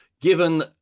given